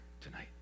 tonight